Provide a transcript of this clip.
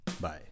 bye